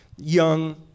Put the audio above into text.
young